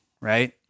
right